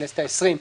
הכנסת העשרים.